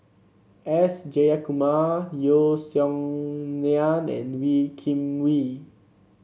S Jayakumar Yeo Song Nian and Wee Kim Wee